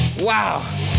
Wow